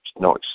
no